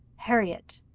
harriot,